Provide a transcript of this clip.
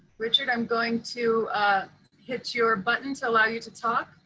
richard, i'm going to hit your button to allow you to talk.